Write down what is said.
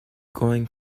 going